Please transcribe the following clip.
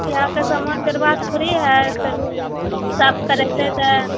इहाँके सामान बर्बाद थोड़ी भए जेतय साफ करेतय तऽ